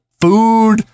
Food